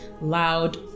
loud